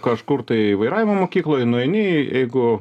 kažkur tai vairavimo mokykloj nueini jeigu